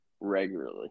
regularly